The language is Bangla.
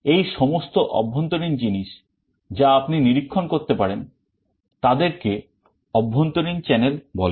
এই সমস্ত অভ্যন্তরীণ জিনিস যা আপনি নিরীক্ষণ করতে পারেন তাদেরকে অভ্যন্তরীণ channel বলে